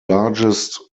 largest